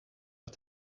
auf